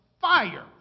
fire